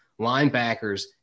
linebackers